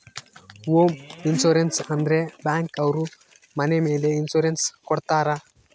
home insurance ಅಂದ್ರೆ bank ಅವ್ರು ಮನೆ ಮೇಲೆ ಇನ್ಸೂರೆನ್ಸ್ ಕೊಡ್ತಾರ